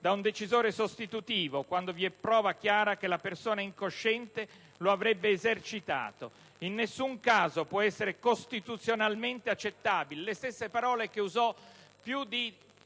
da un decisore sostituivo, quando vi è prova chiara che la persona incosciente lo avrebbe esercitato. In nessun caso può essere costituzionalmente accettabile»